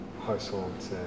household